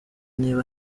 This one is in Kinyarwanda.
niba